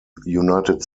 united